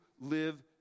live